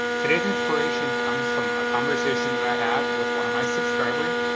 today's inspiration comes from a conversation that i had with one of my subscribers,